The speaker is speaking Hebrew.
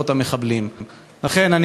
את מכתבה של עידית גרפונקל מקיבוץ יטבתה,